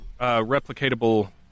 replicatable